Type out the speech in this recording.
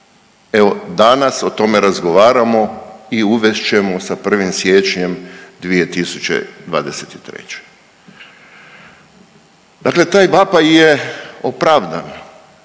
evo danas o tome razgovaramo i uvest ćemo sa 1. siječnjem 2023.. Dakle taj vapaj je opravdan,